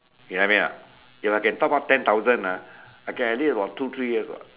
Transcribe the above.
you know what I mean or not if I can top up ten thousand ah I can at least about two three years [what]